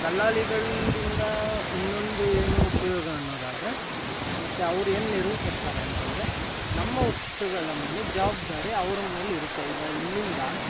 ದಲ್ಲಾಳಿಗಳಿಂದ ಇನ್ನೊಂದು ಏನು ಉಪಯೋಗ ಅನ್ನೋದಾದರೆ ಮತ್ತು ಅವ್ರು ಏನು ನೆರವು ಕೊಡ್ತಾರೆ ಅಂತ ಅಂದ್ರೆ ನಮ್ಮ ವಸ್ತುಗಳ ಮೇಲೆ ಜವಾಬ್ದಾರಿ ಅವರ ಮೇಲಿರುತ್ತೆ ಈಗ ಇಲ್ಲಿಂದ